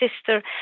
sister